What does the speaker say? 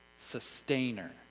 sustainer